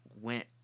went